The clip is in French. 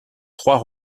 trois